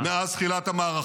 -- עם חבריי מאז תחילת המערכה.